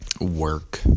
work